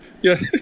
yes